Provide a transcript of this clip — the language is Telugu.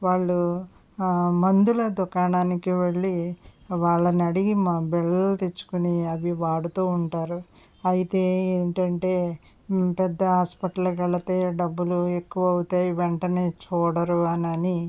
వాళ్ళు మందుల దుకాణానికి వెళ్ళి వాళ్ళని అడిగి మ బిళ్ళలు తెచ్చుకుని అవి వాడుతూ ఉంటారు అయితే ఏంటంటే పెద్ద హాస్పిటల్కి వెళ్తే డబ్బులు ఎక్కువ అవుతాయి వెంటనే చూడరు అని అని